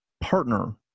partner